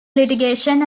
litigation